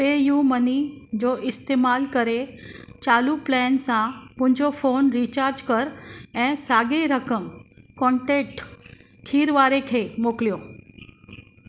पे U money जो इस्तेमालु करे चालू प्लैन सां मुहिंजो फ़ोन रीचार्ज कर ऐं साॻे ई रक़म कॉन्टेक्ट खीरवारे खे मोकिलियो